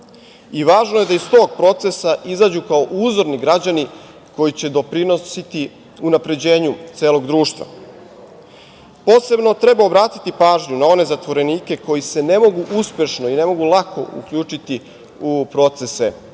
Važno je da iz tog procesa izađu kao uzorni građani koji će doprinositi unapređenju celog društva. Posebno treba obratiti pažnju na one zatvorenike koji se ne mogu uspešno i ne mogu lako uključiti u procese